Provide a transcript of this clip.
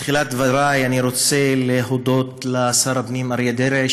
בתחילת דברי אני רוצה להודות לשר הפנים אריה דרעי,